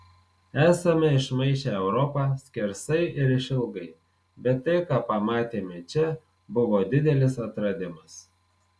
esame išmaišę europą skersai ir išilgai bet tai ką pamatėme čia buvo didelis atradimas